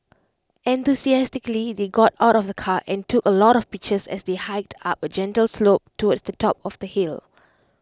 enthusiastically they got out of the car and took A lot of pictures as they hiked up A gentle slope towards the top of the hill